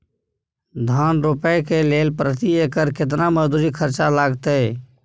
धान रोपय के लेल प्रति एकर केतना मजदूरी खर्चा लागतेय?